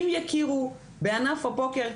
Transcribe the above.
אם יכירו בענף הפוקר,